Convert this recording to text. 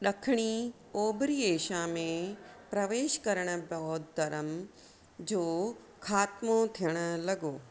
ड॒खिणी ओभिरि एशिया में प्रवेशु करणु बौद्ध धर्म जो ख़ात्मो थियणु लगो॒